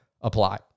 apply